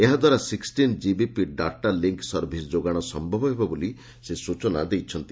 ଏହା ଦ୍ୱାରା ସିକ୍କିଟିନ୍ ଜିବିପି ଡାଟା ଲିଙ୍କ୍ ସର୍ଭିସ୍ ଯୋଗାଣ ସମ୍ଭବ ହେବ ବୋଲି ସେ ସ୍ବଚନା ଦେଇଛନ୍ତି